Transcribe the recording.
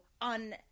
on